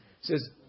says